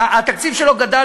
התקציב גדל